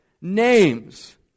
names